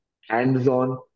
hands-on